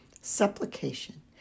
supplication